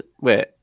Wait